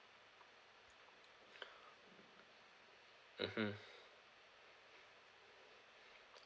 mmhmm